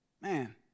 Man